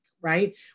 right